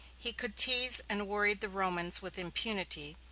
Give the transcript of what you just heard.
he could tease and worry the romans with impunity,